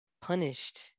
punished